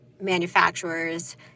manufacturers